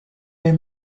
les